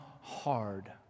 hard